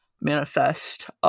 manifest